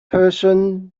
person